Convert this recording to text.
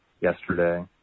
yesterday